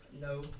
No